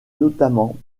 notamment